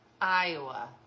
Iowa